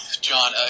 John